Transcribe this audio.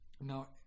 Now